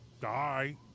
die